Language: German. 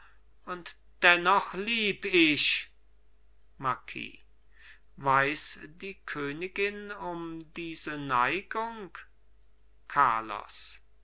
und dennoch lieb ich marquis weiß die königin um diese neigung carlos